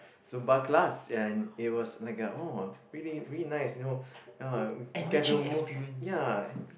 Zumba class and it was like a oh really really nice you know ya get to move ya